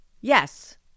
Yes